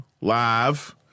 live